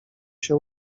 się